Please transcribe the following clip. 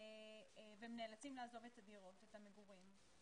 והם נאלצים לעזוב את הדירות, את המגורים.